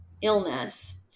illness